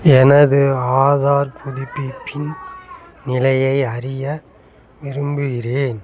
எனது ஆதார் புதுப்பிப்பின் நிலையை அறிய விரும்புகிறேன்